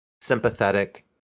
sympathetic